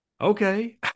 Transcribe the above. okay